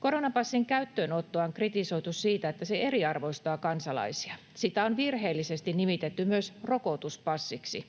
Koronapassin käyttöönottoa on kritisoitu siitä, että se eriarvoistaa kansalaisia. Sitä on virheellisesti nimitetty myös rokotuspassiksi.